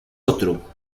otro